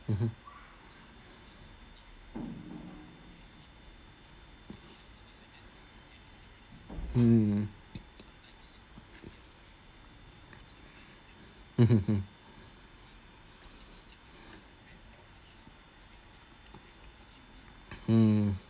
mmhmm mm mmhmm hmm hmm